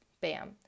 bam